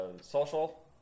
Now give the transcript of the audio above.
social